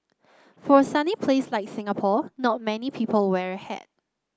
for a sunny place like Singapore not many people wear a hat